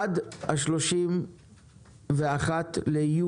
שעד ה-30 ביוני,